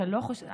אתה לא חושב,